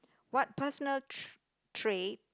what personal trait